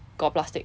got plastic